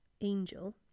angel